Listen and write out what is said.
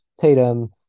Tatum